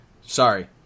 Sorry